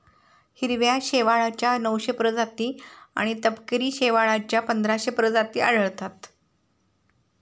हिरव्या शेवाळाच्या नऊशे प्रजाती आणि तपकिरी शेवाळाच्या पंधराशे प्रजाती आढळतात